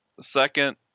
Second